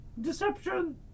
deception